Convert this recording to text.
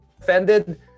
offended